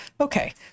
Okay